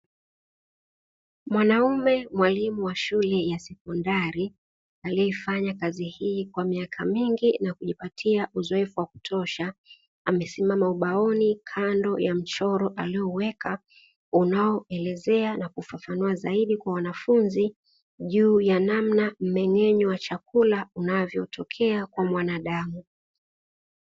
Mwanaume mwalimu wa shule ya sekondari aliyefanya kazi hii kwa miaka mingi na kujipatia uzoefu wa kutosha. Amesimama ubaoni kando ya mchoro aliaouweka unaoelezea na kufafanua zaidi kwa wanafunzi juu na namna ya mfumo wa mmeng'enyo unavyotokea kwa binadamu.